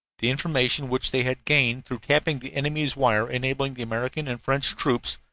the information which they had gained through tapping the enemy's wire enabled the american and french troops,